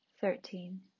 thirteen